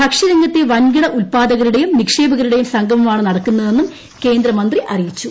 ഭക്ഷ്യരംഗത്തെ വൻകിട ഉൽപാദകരുടെയും നിക്ഷേപകരുടെയും സംഗമമാണ് നടക്കുന്നതെന്നും കേന്ദ്രമന്ത്രി അറിയിച്ചു